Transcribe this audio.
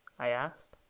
i asked.